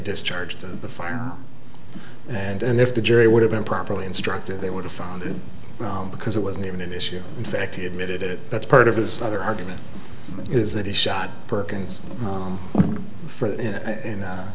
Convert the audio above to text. discharged the fire and if the jury would have been properly instructed they would have found it because it wasn't even an issue in fact he admitted it that's part of his other argument is that he shot perkins